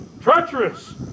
treacherous